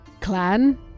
clan